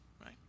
right